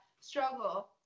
struggle